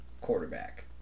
quarterback